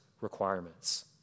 requirements